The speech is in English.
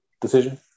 decision